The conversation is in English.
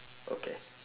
okay